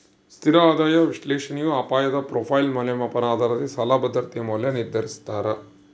ಸ್ಥಿರ ಆದಾಯ ವಿಶ್ಲೇಷಣೆಯು ಅಪಾಯದ ಪ್ರೊಫೈಲ್ ಮೌಲ್ಯಮಾಪನ ಆಧಾರದಲ್ಲಿ ಸಾಲ ಭದ್ರತೆಯ ಮೌಲ್ಯ ನಿರ್ಧರಿಸ್ತಾರ